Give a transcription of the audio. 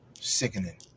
Sickening